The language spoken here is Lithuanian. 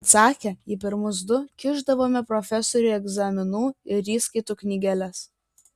atsakę į pirmus du kišdavome profesoriui egzaminų ir įskaitų knygeles